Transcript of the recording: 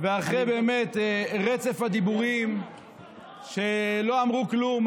ואחרי באמת רצף דיבורים שלא אמרו כלום,